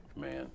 Man